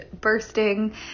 bursting